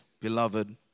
beloved